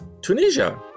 Tunisia